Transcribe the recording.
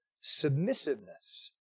submissiveness